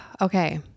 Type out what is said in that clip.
Okay